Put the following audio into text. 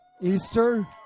Easter